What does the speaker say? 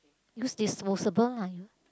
use disposable lah !aiyo!